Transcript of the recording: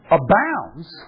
abounds